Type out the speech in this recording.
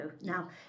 Now